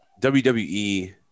WWE